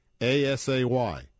A-S-A-Y